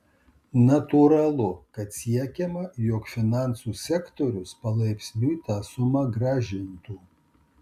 natūralu kad siekiama jog finansų sektorius palaipsniui tą sumą grąžintų